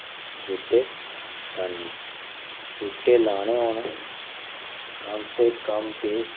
थोह्ड़ा दूरी कन्नै बूह्टे लाने ते बूह्टे लाने होन ते कम से कम बी